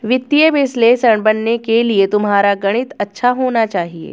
वित्तीय विश्लेषक बनने के लिए तुम्हारा गणित अच्छा होना चाहिए